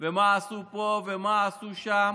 ומה עשינו פה ומה שם.